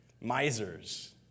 misers